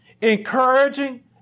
encouraging